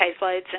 caseloads